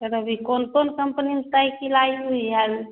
sir अभी कौन कौन कंपनी में साइकिल आई हुई है